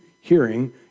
hearing